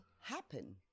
happen